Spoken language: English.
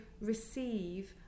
receive